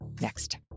next